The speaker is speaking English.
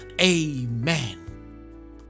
Amen